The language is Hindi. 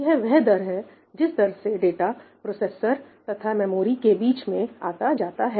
यह वह दर है जिस दर से डाटा प्रोसेसर तथा मेमोरी के बीच में आता जाता है